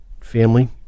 family